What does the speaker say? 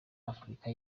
afurika